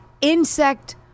insect